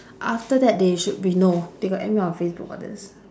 after that they should be no they got add me on facebook all this